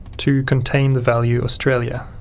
to contain the value australia.